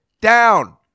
down